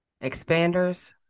expanders